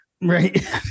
Right